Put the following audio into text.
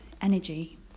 energy